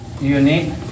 unique